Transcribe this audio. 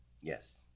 yes